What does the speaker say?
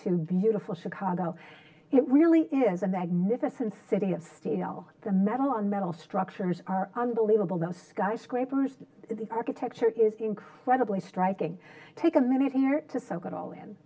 to beautiful chicago it really is a magnificent city of steel the metal on metal structures are unbelievable those skyscrapers the architecture is incredibly striking take a minute here to soak it all in